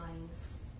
lines